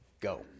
go